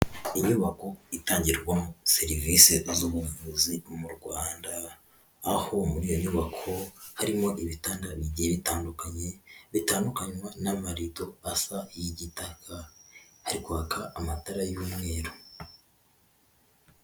Inyubako itangirwa serivisi z'ubuvuzi mu Rwanda, aho muri iyo nyubako harimo ibitanda bigiye bitandukanye, bitandukanywa n'amarido asa y'igitaka hari kwaka amatara y'umweru.